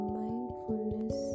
mindfulness